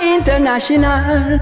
International